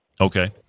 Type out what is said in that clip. Okay